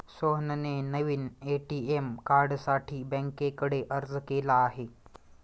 सोहनने नवीन ए.टी.एम कार्डसाठी बँकेकडे अर्ज केला आहे